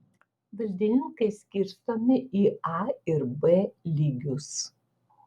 valdininkai skirstomi į a ir b lygius